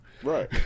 right